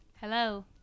Hello